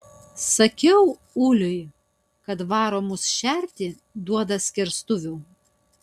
sakiau uliui kad varo mus šerti duoda skerstuvių